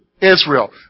Israel